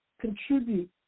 contribute